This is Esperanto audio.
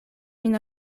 min